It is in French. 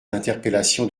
l’interpellation